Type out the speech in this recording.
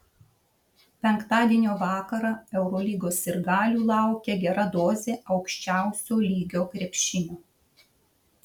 penktadienio vakarą eurolygos sirgalių laukia gera dozė aukščiausio lygio krepšinio